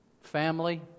family